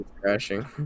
crashing